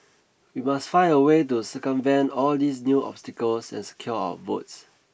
we must find a way to circumvent all these new obstacles and secure our votes